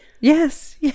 Yes